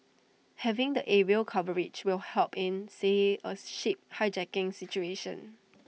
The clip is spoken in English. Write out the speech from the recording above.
having the aerial coverage will help in say A ship hijacking situation